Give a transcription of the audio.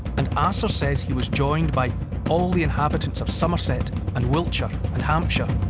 and asser says he was joined by all the inhabitants of somerset and wiltshire and hampshire.